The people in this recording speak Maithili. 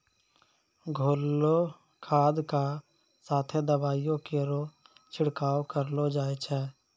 घोललो खाद क साथें दवाइयो केरो छिड़काव करलो जाय छै?